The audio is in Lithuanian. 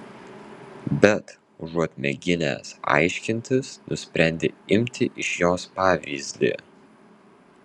bet užuot mėginęs aiškintis nusprendė imti iš jos pavyzdį